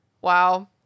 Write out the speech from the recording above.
Wow